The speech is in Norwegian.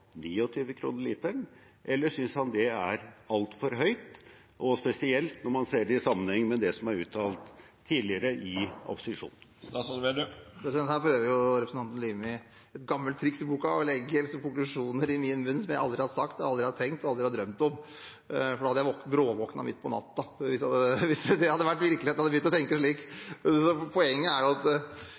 literen, eller syns han det er altfor høyt – spesielt når man ser det i sammenheng med det som er uttalt tidligere, i opposisjon? Her prøver representanten Limi et gammelt triks i boka, å legge konklusjoner i min munn som jeg aldri har sagt, aldri har tenkt og aldri har drømt om – jeg hadde bråvåknet midt på natten hvis det hadde vært virkeligheten at jeg hadde begynt å tenke slik. Poenget er at jeg er opptatt av at